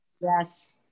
Yes